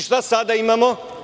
Šta sada imamo?